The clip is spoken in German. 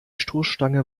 stoßstange